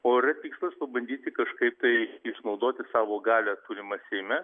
o yra tikslas pabandyti kažkaip tai išnaudoti savo galią turimą seime